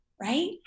right